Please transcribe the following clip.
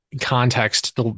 context